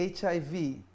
HIV